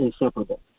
inseparable